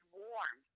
warm